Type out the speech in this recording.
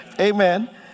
amen